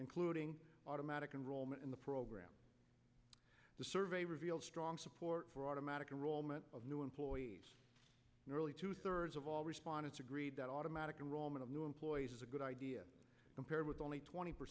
including automatic enrollment in the program the survey reveals strong support for automatic enrollment of new employees nearly two thirds of all respondents agreed that automatic enrollment of new employees is a good idea compared with only twenty per